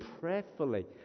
prayerfully